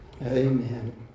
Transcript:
Amen